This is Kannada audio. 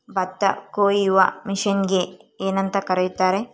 ಭತ್ತ ಕೊಯ್ಯುವ ಮಿಷನ್ನಿಗೆ ಏನಂತ ಕರೆಯುತ್ತಾರೆ?